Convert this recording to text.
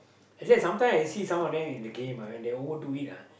actually sometime I see some of them in the game when they overdo it lah